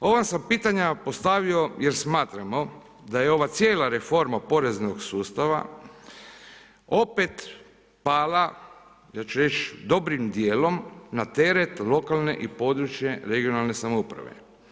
Ova sam pitanja postavio jer smatramo da je ova cijela reforma poreznog sustava opet pala ja ću reć dobrim dijelom na teret lokalne i područne regionalne samouprave.